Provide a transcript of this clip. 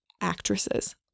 actresses